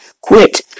Quit